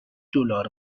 دلار